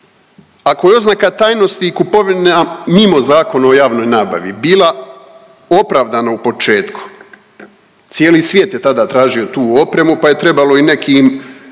Ako je oznaka tajnosti i kupovina mimo Zakona o javnoj nabavi bila opravdana u početku, cijeli svijet je tada tražio tu opremu, pa je trebalo i nekim